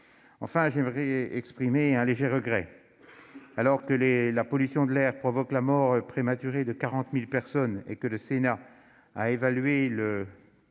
Enfin, j'aimerais exprimer un léger regret. Alors que la pollution de l'air provoque la mort prématurée de 40 000 personnes chaque année et que le Sénat a évalué le